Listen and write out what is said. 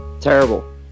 Terrible